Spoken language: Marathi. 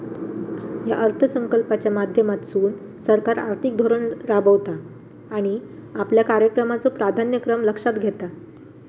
या अर्थसंकल्पाच्या माध्यमातसून सरकार आर्थिक धोरण राबवता आणि आपल्या कार्यक्रमाचो प्राधान्यक्रम लक्षात घेता